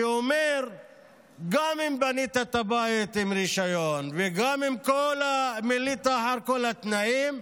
שאומר שגם אם בנית את הבית ברישיון וגם מילאת את כל התנאים,